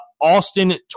Austin